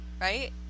Right